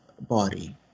body